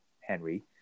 Henry